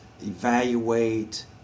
evaluate